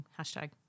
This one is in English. hashtag